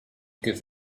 give